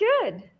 good